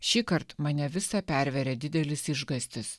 šįkart mane visą perveria didelis išgąstis